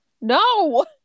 No